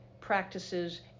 practices